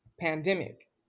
pandemic